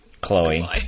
Chloe